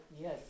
Yes